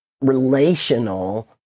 relational